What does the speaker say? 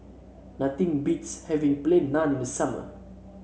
nothing beats having Plain Naan in the summer